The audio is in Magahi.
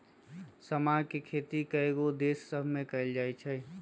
समा के खेती कयगो देश सभमें कएल जाइ छइ